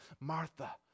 Martha